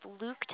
Luke